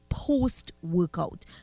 post-workout